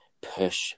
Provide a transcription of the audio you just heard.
push